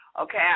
Okay